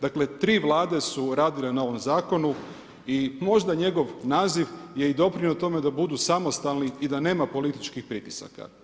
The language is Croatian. Dakle tri vlade su radile na ovom zakonu i možda njegov naziv je i doprinio tome da budu samostalni i da nema političkih pritisaka.